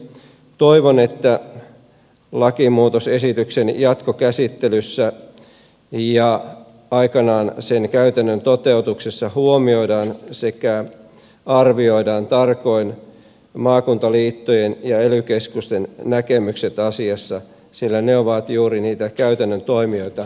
toivon että lakimuutosesityksen jatkokäsittelyssä ja aikanaan sen käytännön toteutuksessa huomioidaan sekä arvioidaan tarkoin maakuntaliittojen ja ely keskusten näkemykset asiassa sillä ne ovat juuri niitä käytännön toimijoita näissä asioissa